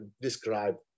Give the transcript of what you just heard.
describe